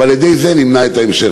ועל-ידי זה נמנע את ההמשך,